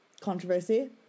controversy